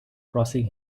crossing